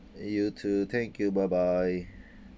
you too thank you bye bye